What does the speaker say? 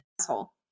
asshole